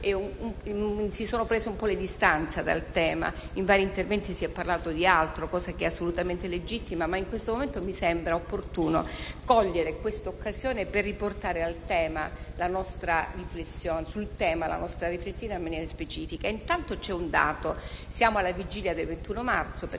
- si sono prese un po' le distanze dal tema. In alcuni interventi si è parlato di altro, cosa assolutamente legittima, ma in questo momento mi sembra opportuno cogliere l'occasione per riportare la nostra riflessione sul tema in maniera specifica. Intanto c'è un dato da rilevare: siamo alla vigilia del 21 marzo e